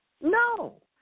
No